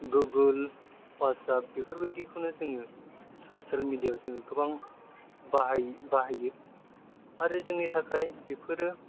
Google WhatsApp बेफरबायदिखौनो जोङो social media याव जों गोबां बाहायो आरो जोंनि थाखाय बेफोरो